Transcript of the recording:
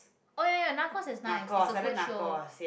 oh ya ya Narcos is nice it's a good show